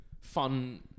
fun